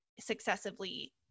successively